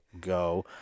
go